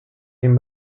ihm